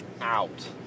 out